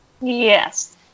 Yes